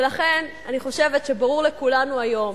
ולכן אני חושבת שברור לכולנו היום